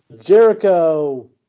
Jericho